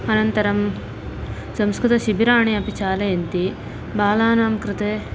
अनन्तरं संस्कृतशिबिराणि अपि चालयन्ति बालानां कृते